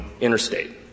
interstate